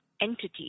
entity